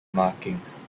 markings